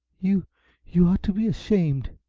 you you ought to be ashamed!